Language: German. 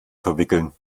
verwickeln